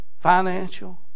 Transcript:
financial